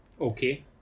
Okay